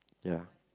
ya